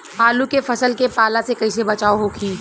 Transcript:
आलू के फसल के पाला से कइसे बचाव होखि?